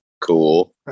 Cool